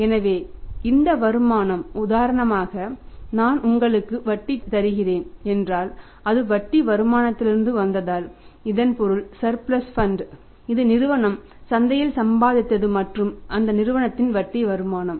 எனவே இந்த வருமானம் உதாரணமாக நான் உங்களுக்கு வட்டி தருகிறேன் என்றால் அது வட்டி வருமானத்திலிருந்து வந்தால் இதன் பொருள் சர்பிளஸ் ஃபண்ட் இது நிறுவனம் சந்தையில் சம்பாதித்தது மற்றும் அந்த நிறுவனத்தின் வட்டி வருமானம்